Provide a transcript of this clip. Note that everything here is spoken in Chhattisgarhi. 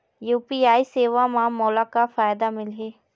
यू.पी.आई सेवा म मोला का फायदा मिलही?